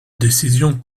décision